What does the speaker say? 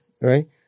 right